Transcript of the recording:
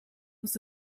was